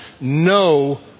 no